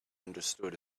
understood